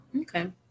okay